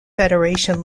federation